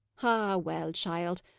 ah! well, child,